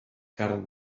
carn